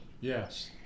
Yes